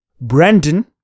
Brandon